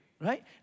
right